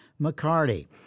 McCarty